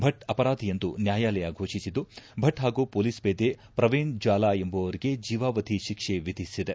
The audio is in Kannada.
ಭಟ್ ಅಪರಾಧಿಯೆಂದು ನ್ಯಾಯಾಲಯ ಘೋಷಿಸಿದ್ದು ಭಟ್ ಹಾಗೂ ಪೊಲೀಸ್ ಪೇದೆ ಪ್ರವೀಣ್ ಜಾಲಾ ಎಂಬುವವರಿಗೆ ಜೀವಾವಧಿ ಶಿಕ್ಷೆಯನ್ನು ವಿಧಿಸಿದೆ